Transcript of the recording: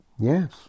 Yes